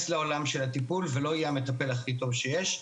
לעולם הטיפול ולא יהיה המטפל הכי טוב שיש.